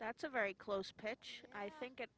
that's a very close pitch i think